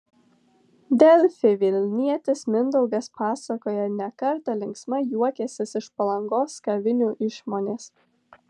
delfi vilnietis mindaugas pasakoja ne kartą linksmai juokęsis iš palangos kavinių išmonės